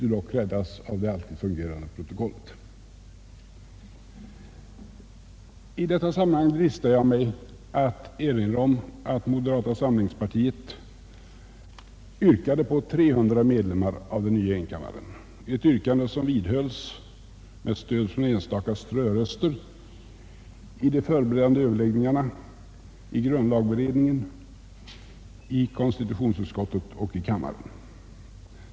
Men anförandet har ju räddats genom det I detta sammanhang dristar jag mig att erinra om att moderata samlingspartiet yrkade på 300 ledamöter i den nya enkammaren — ett yrkande som vidhölls med stöd från några ströröster, i de förberedande överläggningarna, i grundlagberedningen, i konstitutionsutskottet och i kamrarna.